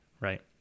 right